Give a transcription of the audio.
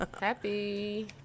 Happy